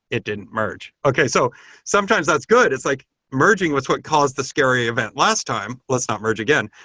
it didn't merge. okay. so sometimes that's good. it's like merging with what caused the scary event last time. let's not merge again.